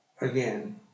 again